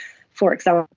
for example,